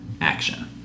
action